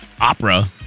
opera